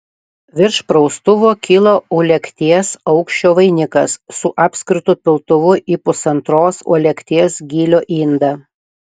virš praustuvo kilo uolekties aukščio vainikas su apskritu piltuvu į pusantros uolekties gylio indą